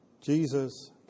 Jesus